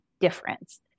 difference